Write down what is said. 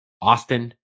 Austin